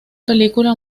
película